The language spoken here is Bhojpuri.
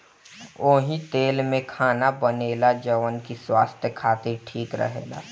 ओही तेल में खाना बनेला जवन की स्वास्थ खातिर ठीक रहेला